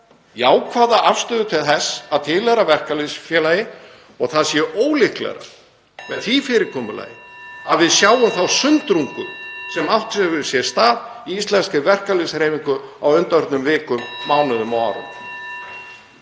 jákvæða afstöðu til þess að tilheyra verkalýðsfélagi og það sé ólíklegra með því fyrirkomulagi að við sjáum þá sundrungu sem átt hefur sér stað í íslenskri verkalýðshreyfingu á undanförnum vikum, mánuðum og árum.